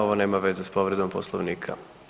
Ovo nema veze sa povredom Poslovnika.